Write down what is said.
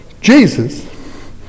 Jesus